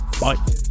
Bye